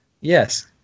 Yes